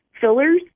fillers